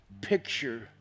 picture